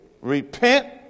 repent